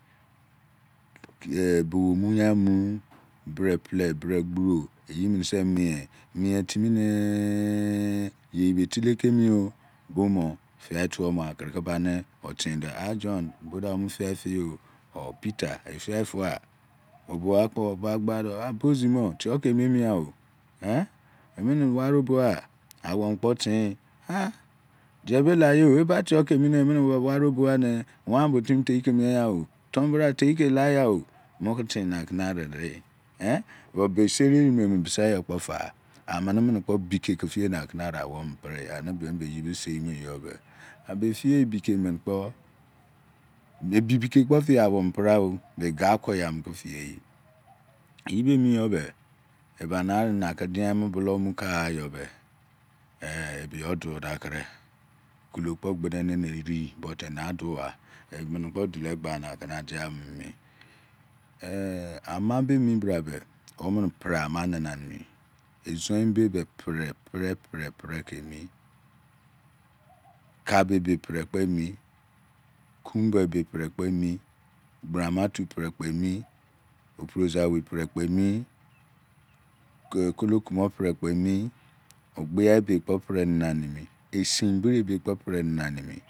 Ye bou omu yai mu, brepehe bre gburo eyiminise mie, mie timine yei be etile kemi o, bomo tiyai twobo amene keba otin do ah john bodo omu kiyai piyo or peter epiyai pugha obogha kpo ba gbado bosimo tiyoke ma emigha o? Ehn emene wari obogha? Amominikpo otin ah diepelaye o eba tiyo kemine emomo wari obogha ne wanbo timi tieki mieyao, tonbra tieke layiahe muketina kene ariye de ehn, but biseri eremene bise bra kpo ta boke ke piemaker ne amene awopreyi, ani bemibe akpo seimoeyibe beseri bike mini kpo ebikike kpo pienakene awomene kpo pregha o, be gakoyai mini kepieyo eyibe mibra be, ebane arinake diyan mo bulo omukagha yobe ebiyo dudake okilo kpo gbe neke eriyi but enadugha emini kpo duloye goanake na diaminimi. Eh ana be emibrabe omene pre ama nananimi ezonebe pre pre pre pre kemi kabo ebe pre kpemi, kumbowei pre kpemi, cabramatu pre kperi, oprozaowei pre kpe mi, kolokumor kpo pre emi ogbia ebe kpo pre emi esenbiri ebe kpo me emi